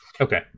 Okay